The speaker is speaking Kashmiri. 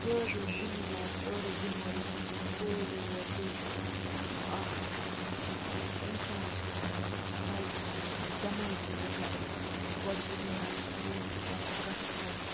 سٲرٕے دُنیا سٲرٕے یُنِؤرس یہِ چھ سورُے مَطلَب اکھ یہِ چھِ أکِس اِنسانَس کَران مَطلَب سایکو مَطلَب دٮ۪ماغی یہِ کَران گۄڈٕ دُنیَہَس یُن پَتہٕ گَژھُن